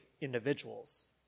individuals